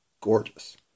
gorgeous